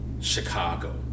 Chicago